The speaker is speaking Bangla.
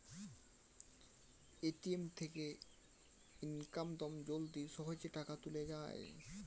এ.টি.এম থেকে ইয়াকদম জলদি সহজে টাকা তুলে যায়